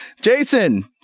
Jason